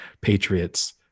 Patriots